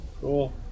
Cool